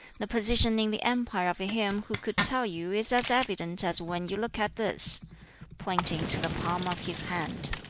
the position in the empire of him who could tell you is as evident as when you look at this pointing to the palm of his hand.